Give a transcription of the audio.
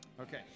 Okay